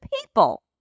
people